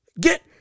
Get